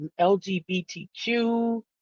LGBTQ